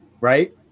Right